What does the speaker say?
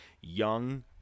young